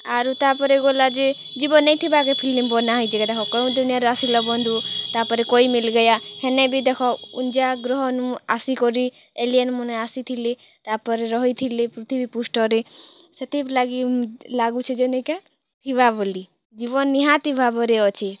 ଆରୁ ତା'ପରେ ଗଲେ ଯେ ଜୀବନ୍ ନେଇ ଥିବାକେ ଫିଲ୍ମ ବନା ହେଇଛେ କାଏଁ ଦେଖ କେଉଁ ଦୁନିଆରୁ ଆସିଲା ବନ୍ଧୁ ତା'ପରେ କୋଇ ମିଲ୍ ଗେୟା ହେନ ବି ଦେଖ ଉନ୍ଜା ଗ୍ରହନୁ ଆସିକରି ଏଲିୟନ୍ମାନେ ଆସିଥିଲେ ତା'ପରେ ରହିଥଲେ ପୃଥିବୀ ପୃଷ୍ଠରେ ସେଥିର୍ଲାଗି ଲାଗୁଛେ ଯେ ନି କାଏଁ ଥିବା ବୋଲି ଜୀବନ୍ ନିହାତି ଭାବରେ ଅଛେ